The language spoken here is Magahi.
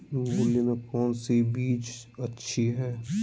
मूली में कौन सी बीज अच्छी है?